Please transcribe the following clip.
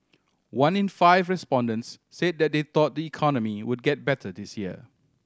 one in five respondents said that they thought the economy would get better this year